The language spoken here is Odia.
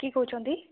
କିଏ କହୁଛନ୍ତି